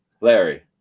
Larry